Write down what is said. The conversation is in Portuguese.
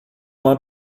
uma